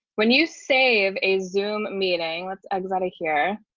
when you save a zoom meeting with exotic here,